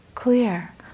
clear